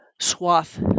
swath